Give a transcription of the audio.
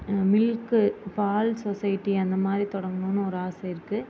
milk பால் society அந்தமாதிரி தொடங்கணும்னு ஒரு ஆசை இருக்குது